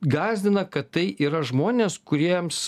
gąsdina kad tai yra žmonės kuriems